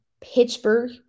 Pittsburgh